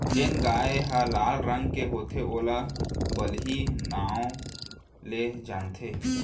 जेन गाय ह लाल रंग के होथे ओला बलही नांव ले जानथें